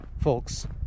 folks